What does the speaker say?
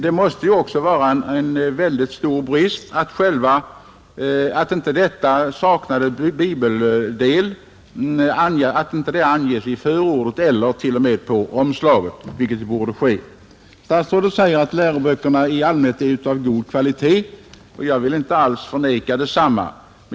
Det är högst anmärkningsvärt att man i den påtalade boken inte anger att denna bibelkunskapsdel saknas — i förordet eller till och med på omslaget, vilket borde ske. Statsrådet sade att läroböckerna i allmänhet är av god kvalitet, och jag vill inte förneka det.